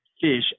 fish